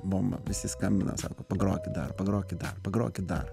bomba visi skambina sako pagrokit dar pagrokit dar pagrokit dar